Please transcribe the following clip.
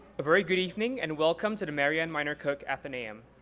a very good evening and welcome to the marian miner cook athenaeum.